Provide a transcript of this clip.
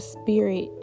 spirit